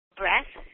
breath